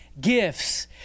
gifts